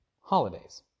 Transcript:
holidays